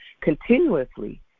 continuously